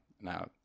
Now